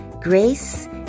grace